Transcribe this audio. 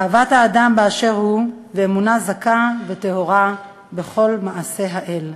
אהבת האדם באשר הוא ואמונה זכה וטהורה בכל מעשי האל,